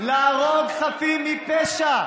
להרוג חפים מפשע.